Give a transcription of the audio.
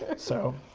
so,